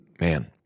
Man